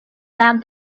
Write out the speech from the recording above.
that